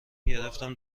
گرفتم